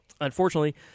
Unfortunately